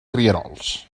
rierols